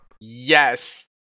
Yes